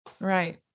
right